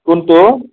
কোনটো